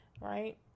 right